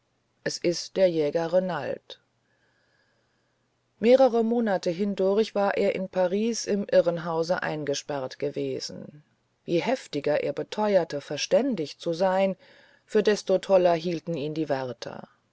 es ist der jäger renald mehrere monate hindurch war er in paris im irrenhause eingesperrt gewesen je heftiger er beteuerte verständig zu sein für desto toller hielt ihn der wärter